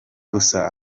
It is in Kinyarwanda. gusa